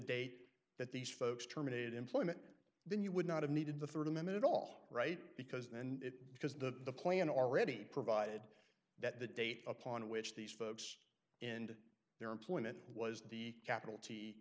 date that these folks terminate employment then you would not have needed the thirty minute all right because then it because the plan already provided that the date upon which these folks and their employment was the capital t